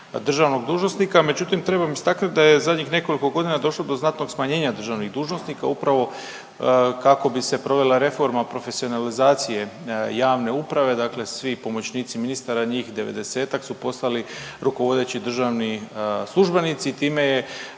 državnog dužnosnika, međutim trebam istaknuti da je zadnjih nekoliko godina došlo do znatnog smanjenja državnih dužnosnika upravo kako bi se provela reforma profesionalizacije javne uprave, dakle svi pomoćnici ministara njih devedesetak su postali rukovodeći državni službenici. Time je